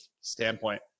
standpoint